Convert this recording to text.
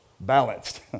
balanced